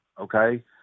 Okay